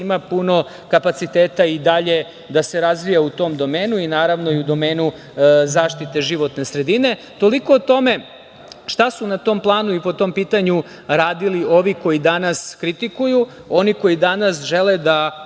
ima puno kapaciteta i dalje da se razvija u tom domenu i, naravno, i u domenu zaštite životne sredine. Toliko o tome šta su na tom planu i po tom pitanju radili ovi koji danas kritikuju, oni koji danas žele da